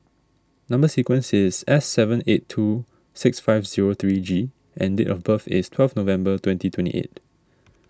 Number Sequence is S seven eight two six five zero three G and date of birth is twelve November twenty twenty eight